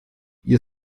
ihr